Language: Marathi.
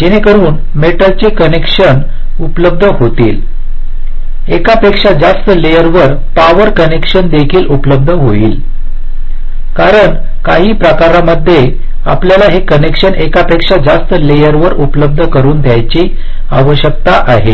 जेणेकरून मेटलचे कनेक्शन उपलब्ध होतील एकापेक्षा जास्त लेयर वर पॉवर कनेक्शन देखील उपलब्ध होईल कारण काही प्रकरणांमध्ये आपल्याला हे कनेक्शन एकापेक्षा जास्त लेयरवर उपलब्ध करुन देण्याची आवश्यकता आहे